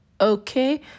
okay